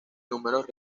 números